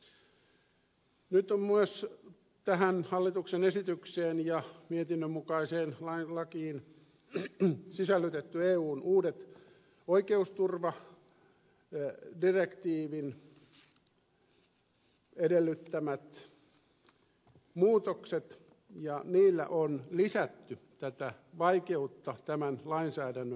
nyt on myös tähän hallituksen esitykseen ja mietintöön sisällytetty eun uudet oikeusturvadirektiivin edellyttämät muutokset ja niillä on lisätty tätä vaikeutta tämän lainsäädännön osalta